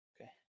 Okay